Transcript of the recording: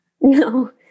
No